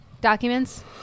Documents